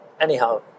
Anyhow